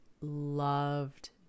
loved